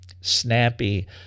snappy